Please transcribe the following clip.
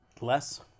Less